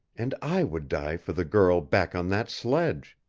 and i would die for the girl back on that sledge.